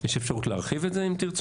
יש אפשרות להרחיב את זה אם תירצו?